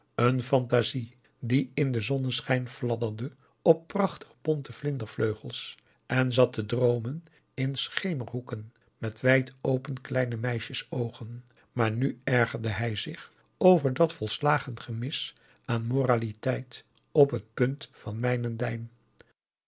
een fantasie die in den zonneschijn fladderde op prachtig bonte vlindervleugels en zat te droomen in augusta de wit orpheus in de dessa schemerhoeken met wijd-open kleine meisjes oogen maar nu ergerde hij zich over dat volslagen gemis aan moraliteit op het punt van